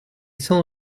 sans